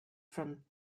from